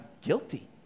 guilty